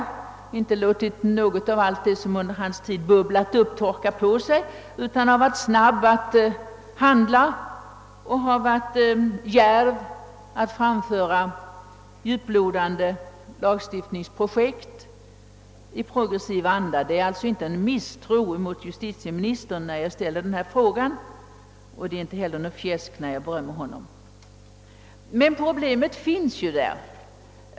Han har inte låtit något av allt det som under hans tid bubblat upp torka på sig, utan han har varit snabb att handla och har djärvt framfört djuplodande lagstiftningsprojekt i progressiv anda. Det är alltså inte någon misstro mot justitieministern som gjort att jag ställt frågan, och det är inte heller något fjäsk när jag berömmer honom. Men problemet finns där.